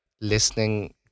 listening